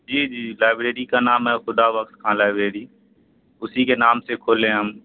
جی جی لائبریری کا نام ہے خدا بخش خاں لائبریری اسی کے نام سے کھولے ہیں ہم